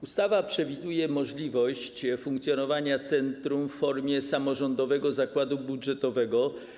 Ustawa przewiduje możliwość funkcjonowania centrum w formie samorządowego zakładu budżetowego.